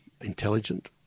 intelligent